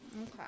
Okay